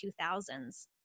2000s